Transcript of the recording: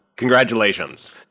Congratulations